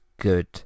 good